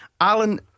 Alan